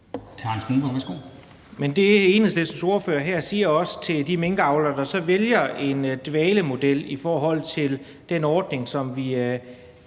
Enhedslistens ordfører her også siger til de minkavlere, der så vælger en dvalemodel i forhold til den ordning, som vi